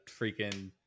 freaking